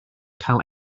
cael